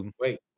wait